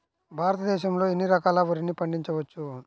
భారతదేశంలో ఎన్ని రకాల వరిని పండించవచ్చు